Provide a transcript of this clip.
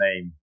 name